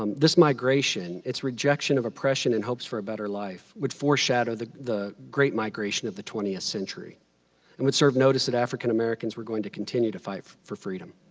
um this migration, its rejection of oppression and hopes for a better life would foreshadow the the great migration of the twentieth century and would serve notice that african americans were going to continue to fight for freedom.